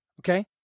okay